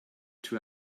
two